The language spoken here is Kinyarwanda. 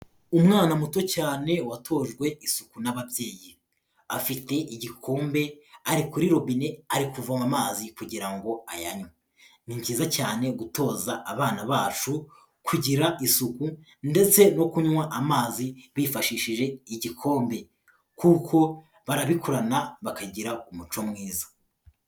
Umwana muto cyane watojwe isuku n'ababyeyi. Afite igikombe ari kuri robine ari kuvoma amazi kugira ngo ayanywe. Ni byiza cyane gutoza abana bacu kugira isuku ndetse no kunywa amazi bifashishije igikombe. Kuko barabikurana bakagira umuco mwiza.